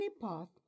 path